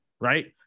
right